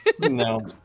no